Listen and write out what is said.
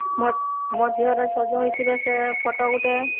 ମୋ ମୋ ଝିଅର ସଜ ହେଇଥିବା ସେ ଫୋଟୋ ଗୁଟେ